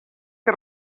que